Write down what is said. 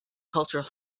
cultural